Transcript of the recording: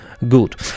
Good